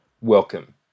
welcome